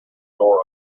door